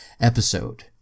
episode